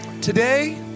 today